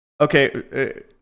okay